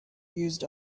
used